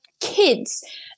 kids